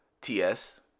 TS